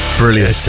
brilliant